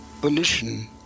pollution